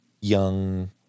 young